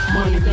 Money